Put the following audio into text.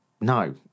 no